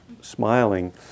smiling